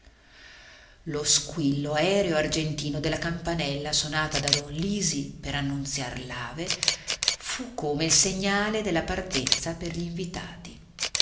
lo squillo aereo argentino della campanella sonata da don lisi per annunziar l'ave fu come il segnale della partenza per gli invitati